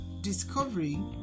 discovery